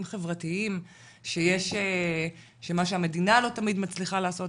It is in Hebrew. חברתיים שמה שהמדינה לא תמיד מצליחה לעשות,